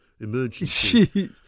Emergency